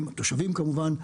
עם התושבים כמובן,